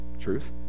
truth